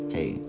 Hey